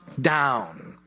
down